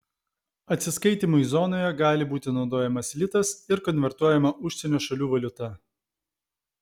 atsiskaitymui zonoje gali būti naudojamas litas ir konvertuojama užsienio šalių valiuta